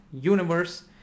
Universe